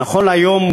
נכון להיום,